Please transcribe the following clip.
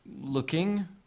Looking